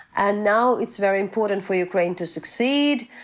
and now it's very important for ukraine to succeed,